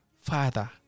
father